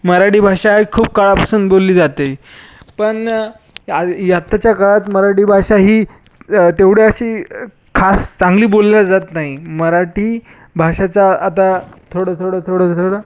मराठी भाषा ही खूप काळापासून बोलली जाते पण आताच्या काळात मराठी भाषा ही तेवढं अशी खास चांगली बोलली जात नाही मराठी भाषेचा आता थोडं थोडं थोडं थोडं